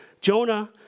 Jonah